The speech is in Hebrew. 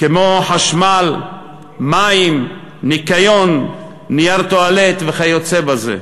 כמו חשמל, מים, ניקיון, נייר טואלט וכיוצא בזה.